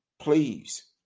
Please